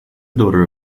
daughter